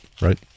Right